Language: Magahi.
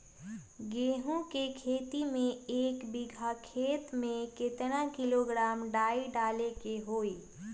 गेहूं के खेती में एक बीघा खेत में केतना किलोग्राम डाई डाले के होई?